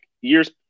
years